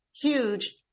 huge